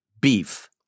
beef